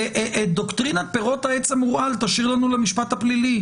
דוקטרינת פירות העץ המורעל תשאיר לנו למשפט הפלילי.